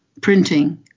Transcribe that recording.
printing